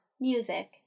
music